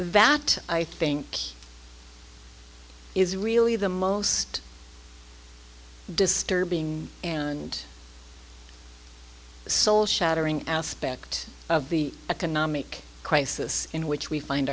vat i think is really the most disturbing and soul shattering aspect of the economic crisis in which we find